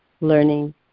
learning